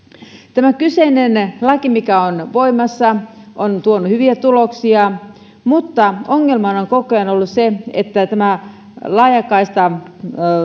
tämä kyseinen laki mikä on voimassa on tuonut hyviä tuloksia mutta ongelmana on koko ajan ollut se että laajakaistan